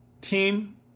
team